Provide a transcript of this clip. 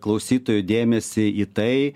klausytojų dėmesį į tai